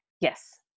Yes